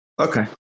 Okay